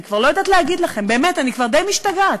אני כבר לא יודעת להגיד לכם, באמת, אני די משתגעת.